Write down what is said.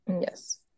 Yes